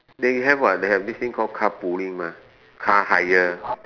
they have what they have this thing call car pooling mah car hire